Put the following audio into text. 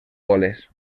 goles